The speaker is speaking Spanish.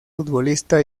futbolista